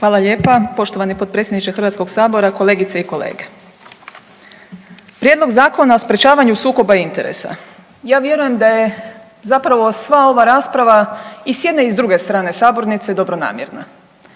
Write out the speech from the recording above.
Hvala lijepa. Poštovani potpredsjedniče HS-a, kolegice i kolege. Prijedlog zakona o sprječavanju sukoba interesa, ja vjerujem da je zapravo sva ova rasprava i s jedne i s druge strane sabornice dobronamjerna